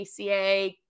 ACA